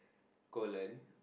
Coolen